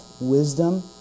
wisdom